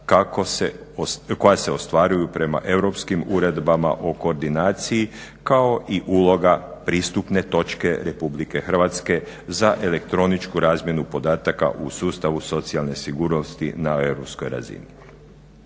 koja se ostvaruju prema europskim uredbama o koordinaciji kao i uloga pristupne točke RH za elektroničku razmjenu podataka u sustavu socijalne sigurnosti na europskoj razini.